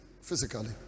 physically